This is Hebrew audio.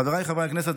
חבריי חברי הכנסת,